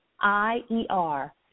I-E-R